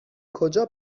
کجا